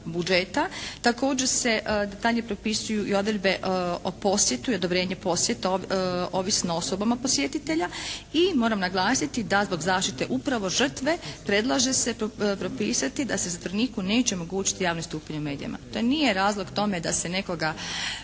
budžeta. Također se detaljnije propisuju i odredbe o posjetu i odobrenje posjeta ovisno o osobama posjetitelja i moram naglasiti da zbog zaštite upravo žrtve predlaže se propisati da se zatvoreniku neće omogućiti javno istupanje u medijima. To nije razlog tome da se nekoga